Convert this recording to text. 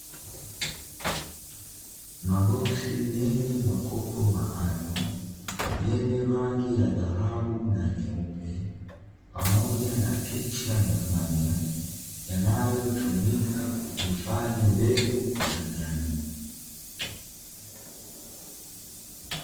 Maboksi yenye makopo maalum yenye rangi ya dhahabu na nyeupe, pamoja na picha ya nyanya yanayotumia kuhifadhi mbegu za nyanya.